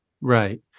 Right